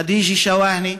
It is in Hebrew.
ח'דיג'ה שואהנה,